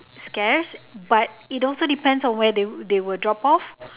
scarce but it also depends on where they they were drop off